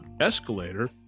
Escalator